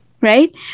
right